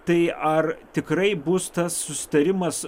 tai ar tikrai bus tas susitarimas